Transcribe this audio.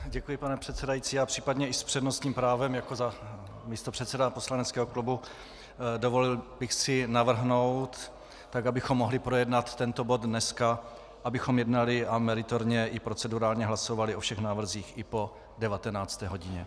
Děkuji, pane předsedající, a případně i s přednostním právem jako místopředseda poslaneckého klubu, dovolil bych si navrhnout tak, abychom mohli projednat tento bod dneska, abychom jednali a meritorně i procedurálně hlasovali o všech návrzích i po 19. hodině.